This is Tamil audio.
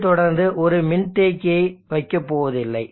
அதைத்தொடர்ந்து ஒரு மின்தேக்கியை வைக்கப் போவதில்லை